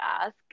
ask